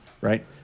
Right